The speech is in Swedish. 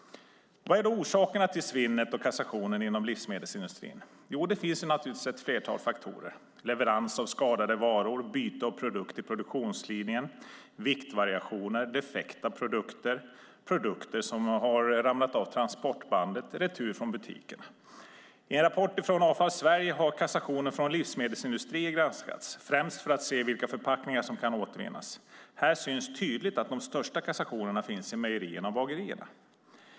Vad är då orsakerna till svinnet och kassationen inom livsmedelsindustrin? Jo, det finns naturligtvis ett flertal faktorer. Leverans av skadade varor, byte av produkter i produktionslinjen, viktvariationer, defekta produkter, produkter som har ramlat av transportbandet eller retur från butikerna. I en rapport från Avfall Sverige har kassationen från livsmedelsindustrin granskats, främst för att se vilka förpackningar som kan återvinnas. Här syns tydligt att de största kassationerna finns i mejerierna och bagerierna.